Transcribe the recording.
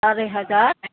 आराय हाजार